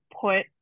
put